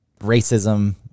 racism